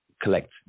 collect